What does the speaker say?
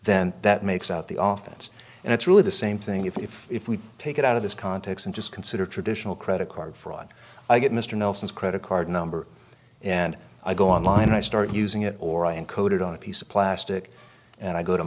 then that makes out the office and it's really the same thing if if we take it out of this context and just consider traditional credit card fraud i get mr nelson's credit card number and i go online i start using it or i encode it on a piece of plastic and i go to